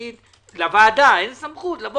לוועדה אין סמכות לומר